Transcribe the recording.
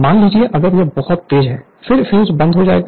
मान लीजिए अगर यह बहुत तेज है फिर फ्यूज बंद हो जाएगा